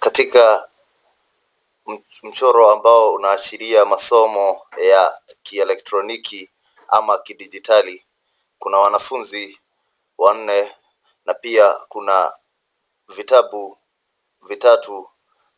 Katika mchoro ambao unaashiria masomo ya kielektroniki ama kidijitali, kuna wanafunzi wanne na pia kuna vitabu vitatu